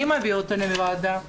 מי מביא אותו לוועדה?